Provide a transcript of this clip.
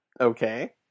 Okay